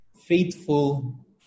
Faithful